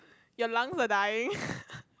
your lungs are dying